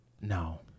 No